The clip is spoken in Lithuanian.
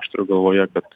aš turiu galvoje kad